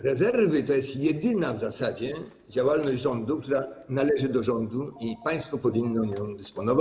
Rezerwy to jest jedyna w zasadzie działalność rządu, która należy do rządu, i państwo powinno nią dysponować.